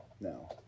No